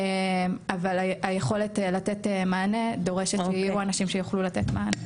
אבל היכולת לתת מענה דורשת שיהיו אנשים שיוכלו לתת מענה.